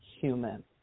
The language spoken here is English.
human